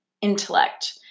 intellect